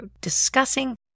discussing